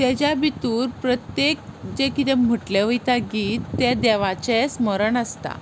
ताच्या भितर प्रत्येक जें कितें म्हटलें वता गीत तें देवाचें स्मरण आसता